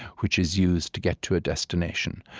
which is used to get to a destination,